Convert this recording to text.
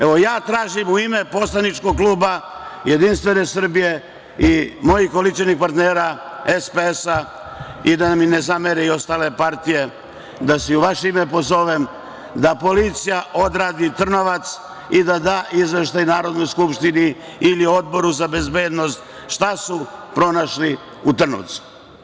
Evo, ja tražim, u ime Poslaničkog kluba Jedinstvene Srbije i mojih koalicionih partnera SPS i da mi ne zamere ostale partije, da se i u vaše ime pozovem, da policija odradi Trnovac i da da izveštaj Narodnoj skupštini ili Odboru za bezbednost šta su pronašli u Trnovcu.